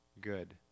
Good